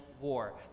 War